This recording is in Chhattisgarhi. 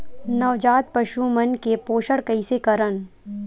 नवजात पशु मन के पोषण कइसे करन?